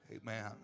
Amen